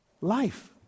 life